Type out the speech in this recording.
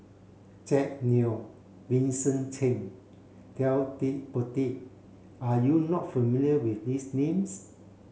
Jack Neo Vincent Cheng and Ted De Ponti You are not familiar with these names